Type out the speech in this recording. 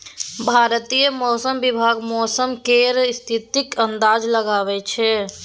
भारतीय मौसम विभाग मौसम केर स्थितिक अंदाज लगबै छै